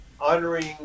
honoring